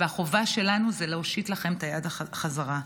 והחובה שלנו היא להושיט לכם את היד חזרה.